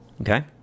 Okay